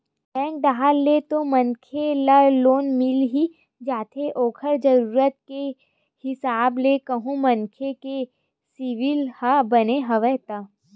bank डाहर ले तो मनखे ल लोन मिल ही जाथे ओखर जरुरत के हिसाब ले कहूं मनखे के सिविल ह बने हवय ता